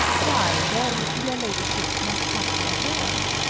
why then, your ladyship must cut your hair.